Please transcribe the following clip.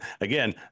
again